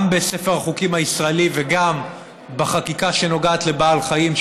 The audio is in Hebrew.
גם בספר החוקים הישראלי וגם בחקיקה שנוגעת לבעלי חיים,